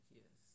yes